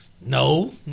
No